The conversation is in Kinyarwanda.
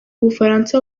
bufaransa